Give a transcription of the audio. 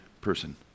person